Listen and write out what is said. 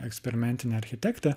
eksperimentinė architektė